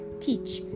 teach